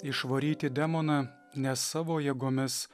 išvaryti demoną ne savo jėgomis